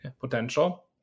potential